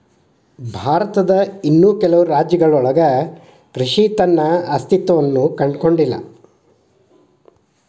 ಭಾರತದ ಇನ್ನೂ ಕೆಲವು ರಾಜ್ಯಗಳಲ್ಲಿ ಕೃಷಿಯ ತನ್ನ ಅಸ್ತಿತ್ವವನ್ನು ಕಂಡುಕೊಂಡಿಲ್ಲ